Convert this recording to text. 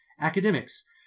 Academics